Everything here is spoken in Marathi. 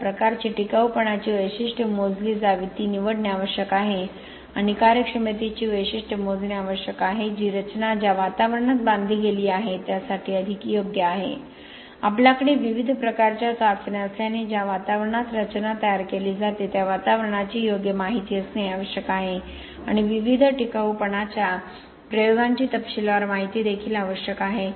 ज्या प्रकारची टिकाऊपणाची वैशिष्ट्ये मोजली जावीत ती निवडणे आवश्यक आहे आणि कार्यक्षमतेची वैशिष्ट्ये मोजणे आवश्यक आहे जी रचना ज्या वातावरणात बांधली गेली आहे त्यासाठी अधिक योग्य आहे आपल्याकडे विविध प्रकारच्या चाचण्या असल्याने ज्या वातावरणात रचना तयार केली जाते त्या वातावरणाची योग्य माहिती असणे आवश्यक आहे आणि विविध टिकाऊपणाच्या प्रयोगांची तपशीलवार माहिती देखील आवश्यक आहे